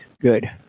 Good